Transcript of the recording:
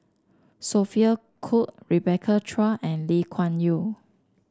Sophia Cooke Rebecca Chua and Lee Kuan Yew